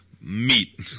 meat